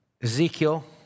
Ezekiel